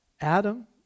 Adam